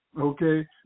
Okay